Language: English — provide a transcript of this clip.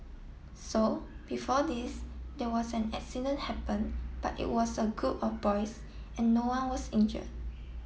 so before this there was an accident happened but it was a group of boys and no one was injured